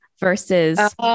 versus